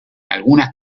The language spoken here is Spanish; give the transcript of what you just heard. algunas